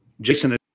Jason